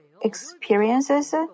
experiences